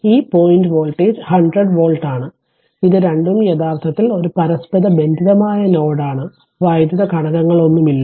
ഈ point voltage 100 volt ആണ് ഇത് 2 ഉം യഥാർത്ഥത്തിൽ ഒരു പരസ്പരബന്ധിതമായ നോഡാണ് വൈദ്യുത ഘടകങ്ങളൊന്നുമില്ല